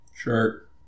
Sure